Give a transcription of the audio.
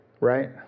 right